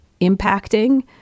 impacting